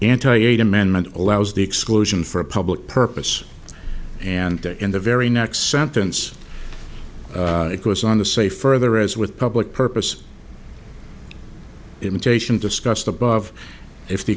nti eight amendment allows the exclusion for a public purpose and in the very next sentence it goes on to say further as with public purpose imitation discussed above if the